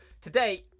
today